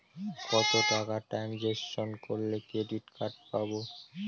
কত টাকা ট্রানজেকশন করলে ক্রেডিট কার্ড পাবো?